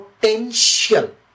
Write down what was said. potential